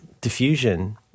Diffusion